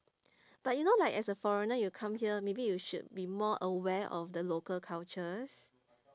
but you know like as a foreigner you come here maybe you should be more aware of the local cultures